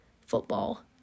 football